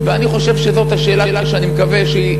ואני חושב שזו השאלה שאני מקווה שהיא